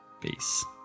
peace